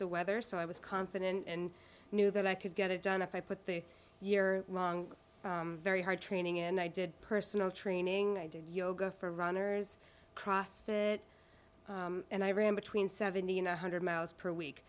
of weather so i was confident and knew that i could get it done if i put the year long very hard training in i did personal training i did yoga for runners cross fit and i ran between seventy and one hundred miles per week